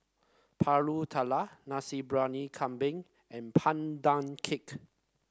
pulut tatal Nasi Briyani Kambing and Pandan Cake